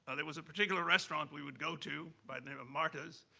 there was a particular restaurant we would go to by the name of marta's.